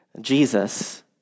Jesus